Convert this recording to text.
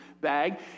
bag